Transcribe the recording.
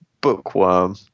bookworm